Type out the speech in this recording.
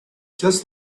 just